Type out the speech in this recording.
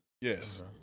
Yes